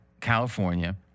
California